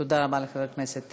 תודה רבה לחבר הכנסת